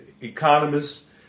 economists